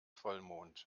vollmond